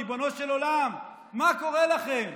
ריבונו של עולם, מה קורה לכם?